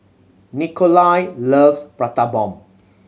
Nikolai loves Prata Bomb